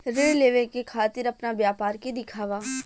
ऋण लेवे के खातिर अपना व्यापार के दिखावा?